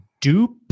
Dupe